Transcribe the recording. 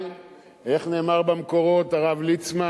אבל איך נאמר במקורות, הרב ליצמן?